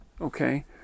Okay